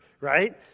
right